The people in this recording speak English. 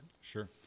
Sure